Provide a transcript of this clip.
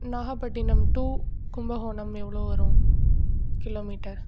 Nagapattinam to Kumbakonam எவ்வளோ வரும் kilometre